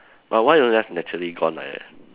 but why don't just naturally gone like that